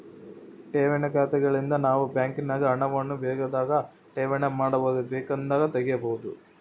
ಠೇವಣಿ ಖಾತೆಗಳಿಂದ ನಾವು ಬ್ಯಾಂಕಿನಾಗ ಹಣವನ್ನು ಬೇಕಾದಾಗ ಠೇವಣಿ ಮಾಡಬಹುದು, ಬೇಕೆಂದಾಗ ತೆಗೆಯಬಹುದು